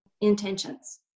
intentions